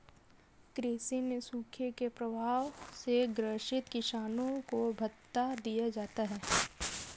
कृषि में सूखे के प्रभाव से ग्रसित किसानों को भत्ता दिया जाता है